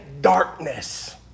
darkness